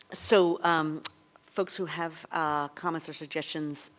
so um folks who have ah comments or suggestions,